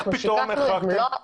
איך פתאום החרגתם?